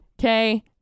okay